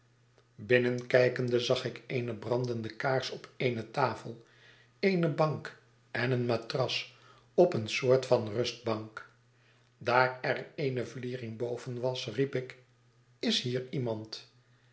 binnenkijkende zag ik eene brandende kaars op eene tafel eene bank en eene matras op eene soort van rustbank daar er eene vliering boven was riep ik is hier iemand